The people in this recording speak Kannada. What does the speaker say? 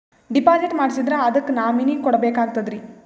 ಡಿಪಾಜಿಟ್ ಮಾಡ್ಸಿದ್ರ ಅದಕ್ಕ ನಾಮಿನಿ ಕೊಡಬೇಕಾಗ್ತದ್ರಿ?